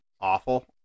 Awful